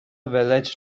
village